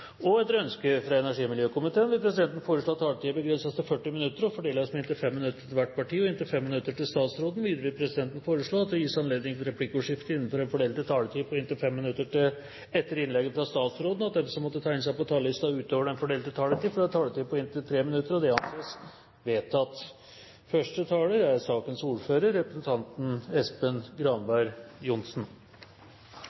4. Etter ønske fra energi- og miljøkomiteen vil presidenten foreslå at taletiden begrenses til 40 minutter og fordeles med inntil 5 minutter til hvert parti og inntil 5 minutter til statsråden. Videre vil presidenten foreslå at det gis anledning til replikkordskifte på inntil fem replikker med svar etter innlegget fra statsråden innenfor den fordelte taletiden. Videre blir det foreslått at de som måtte tegne seg på talerlisten utover den fordelte taletid, får en taletid på inntil 3 minutter. – Det anses vedtatt.